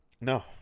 No